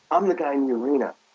i'm the guy in the arena.